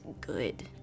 good